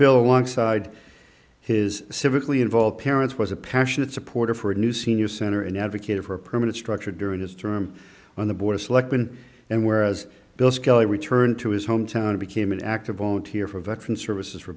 bill alongside his civically involved parents was a passionate supporter for a new senior center an advocate for a permanent structure during his term on the board of selectmen and whereas bill scully returned to his home town became an actor volunteer for veteran services for